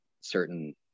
certain